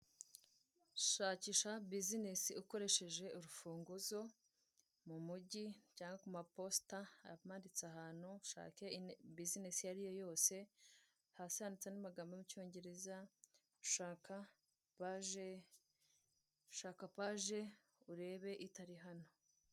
Shakisha bizinesi ukoresheje urufunguzo mumugi cyangwa muma posta amanitse ahantu ushake bizinesi iyo ariyo yose hasi handitseho amagambo yo mu icyongereza gushaka paje urebe itari hano.